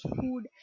food